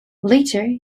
later